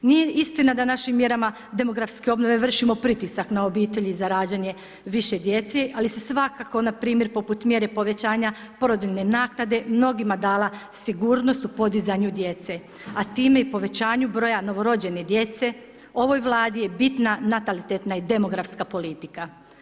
Nije istina da našim mjerama demografske obnove vršimo pritisak na obitelji za rađanje više djece, ali se svakako npr. poput mjere povećanja porodiljne naknade mnogima dala sigurnost u podizanju djece, a time i povećanju broja novorođene djece, ovaj vladi je bitna natalitetna i demografska politika.